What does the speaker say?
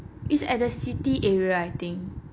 it's at the city area I think